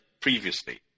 previously